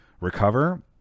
recover